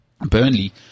Burnley